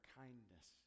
kindness